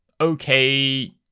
okay